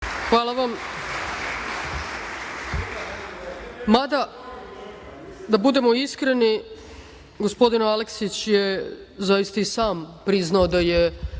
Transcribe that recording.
Hvala vam. Mada, da budemo iskreni, gospodin Aleksić je zaista i sam priznao da je